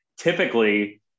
typically